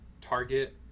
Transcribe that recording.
target